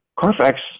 Carfax